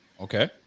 okay